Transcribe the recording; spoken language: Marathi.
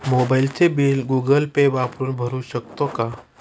मोबाइलचे बिल गूगल पे वापरून भरू शकतो का?